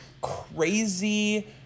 crazy